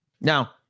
now